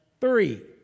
three